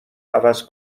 عوض